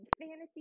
fantasy